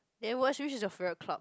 then what street is your favourite club